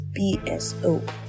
BSO